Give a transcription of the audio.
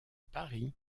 paris